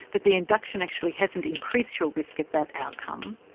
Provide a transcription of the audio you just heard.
that the induction actually hasn't increased your risk of that outcome.